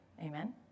Amen